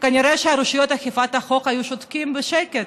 כנראה שרשויות אכיפת החוק היו שותקים בשקט.